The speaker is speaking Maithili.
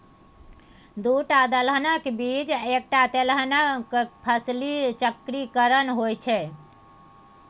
दूटा दलहनक बीच एकटा तेलहन फसली चक्रीकरण होए छै